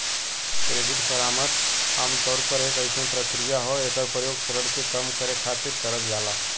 credit परामर्श आमतौर पर एक अइसन प्रक्रिया हौ एकर प्रयोग ऋण के कम करे खातिर करल जाला